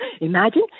Imagine